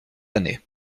année